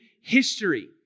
history